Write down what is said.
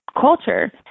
culture